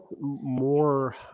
more